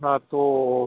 હા તો